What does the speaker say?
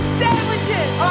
sandwiches